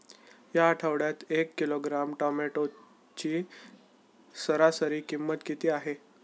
या आठवड्यात एक किलोग्रॅम टोमॅटोची सरासरी किंमत किती आहे?